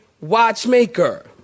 watchmaker